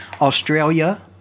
Australia